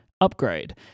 Upgrade